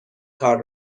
کار